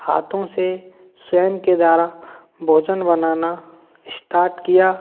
हाथों से स्वयं के द्वारा भोजन बनाना इश्टाट किया